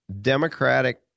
democratic